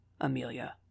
Amelia